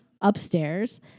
upstairs